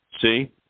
See